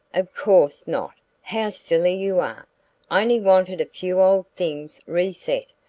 of course not how silly you are! i only wanted a few old things reset.